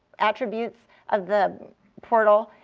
attributes of the portal.